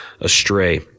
astray